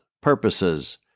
purposes